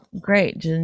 great